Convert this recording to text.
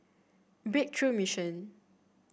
Breakthrough Mission